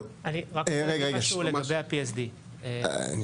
אני